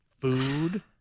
food